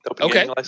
Okay